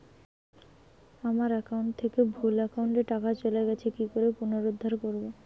আমার একাউন্ট থেকে ভুল একাউন্টে টাকা চলে গেছে কি করে পুনরুদ্ধার করবো?